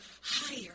higher